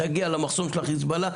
תגיע למחסום של החיזבאללה,